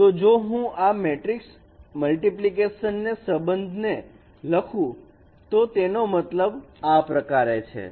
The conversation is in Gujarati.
તો જો હું આ મેટ્રિકસ મલ્ટીપ્લિકેશન સંબંધ ને લખું તો તેનો મતલબ આ પ્રકારે છે